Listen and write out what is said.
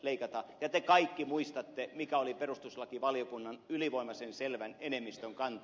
ja te kaikki muistatte mikä oli perustuslakivaliokunnan ylivoimaisen selvän enemmistön kanta